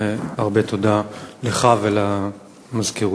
והרבה תודה לך ולמזכירות.